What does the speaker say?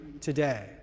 today